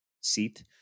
seat